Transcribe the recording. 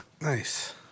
Nice